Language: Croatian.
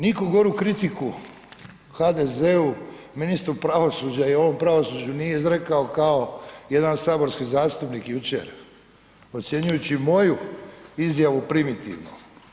Nitko goru kritiku HDZ-u, ministru pravosuđa i ovom pravosuđu nije izrekao kao jedan saborski zastupnik jučer, ocjenjujući moju izjavu primitivnom.